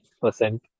percent